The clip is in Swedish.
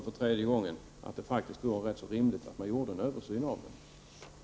För tredje gången upprepar jag att det faktiskt vore ganska rimligt att göra en översyn i detta sammanhang.